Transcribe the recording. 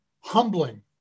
humbling